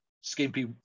skimpy